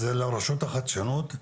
שזה לרשות לחדשנות?